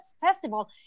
Festival